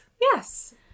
Yes